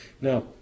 Now